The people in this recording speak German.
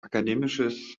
akademisches